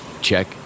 check